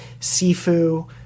sifu